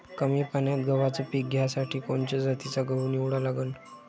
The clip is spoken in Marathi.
कमी पान्यात गव्हाचं पीक घ्यासाठी कोनच्या जातीचा गहू निवडा लागन?